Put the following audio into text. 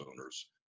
owners